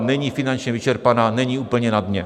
Není finančně vyčerpaná, není úplně na dně.